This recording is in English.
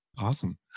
Awesome